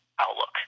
outlook